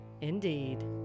indeed